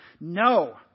No